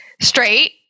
straight